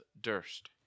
Durst